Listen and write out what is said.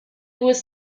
was